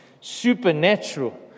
supernatural